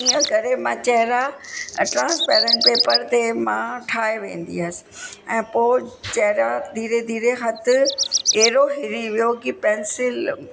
त इअं करे मां चहिरा ट्रांसपेरेंट पेपर ते मां ठाहे वेंदी हुअसि ऐं पोइ चहिरा धीरे धीरे हथु अहिड़ो हिरी वियो कि पैंसिल